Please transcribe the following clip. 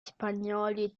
spagnoli